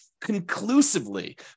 conclusively